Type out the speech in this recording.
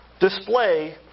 display